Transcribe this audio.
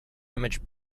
image